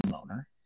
owner